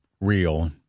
real